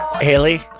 Haley